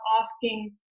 asking